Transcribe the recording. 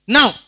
Now